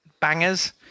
bangers